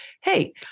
Hey